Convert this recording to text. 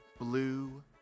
blue